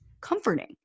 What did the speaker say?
comforting